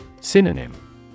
Synonym